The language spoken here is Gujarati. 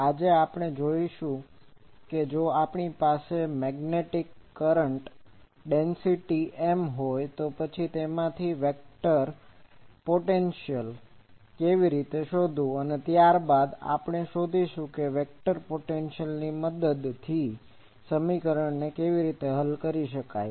આજે આપણે જોશું કે જો આપણી પાસે મેગ્નેટિકMagnetic ચુંબકીય કરંટcurrentપ્રવાહ ડેન્સિટીDensity ઘનતા M હોય તો પછી તેમાંથી વેક્ટરVectorપરિમાણ અને દિશા ધરાવતી રાષી પોટેન્શિઅલPotentialક્ષમતા કે શક્તિ કેવી રીતે શોધવું અને ત્યાર બાદ આપણે શોધીશું કે તે વેક્ટર પોટેન્શિઅલની મદદથી વેવwaveતરંગ સમીકરણને કેવી રીતે હલ કરી શકાય